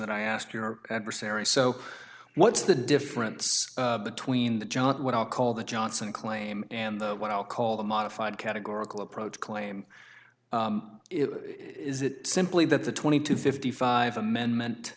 that i asked your adversary so what's the difference between the john what i'll call the johnson claim and what i'll call the modified categorical approach claim it is it simply that the twenty to fifty five amendment